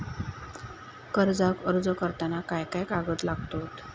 कर्जाक अर्ज करताना काय काय कागद लागतत?